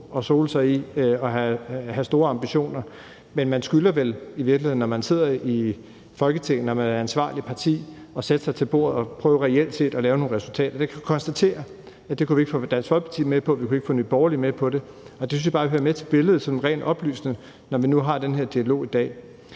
og sole sig i at have store ambitioner, men man skylder vel i virkeligheden, når man sidder i Folketinget, og når man er et ansvarligt parti, at sætte sig til bordet og prøve reelt set at lave nogle resultater. Jeg kunne konstatere, at det kunne vi ikke få Dansk Folkeparti med på eller Nye Borgerlige med på, og det synes jeg bare hører med til billedet – sådan rent oplysende – når vi nu har den her dialog i dag.